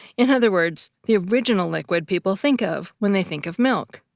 in other words, the original liquid people think of when they think of milk.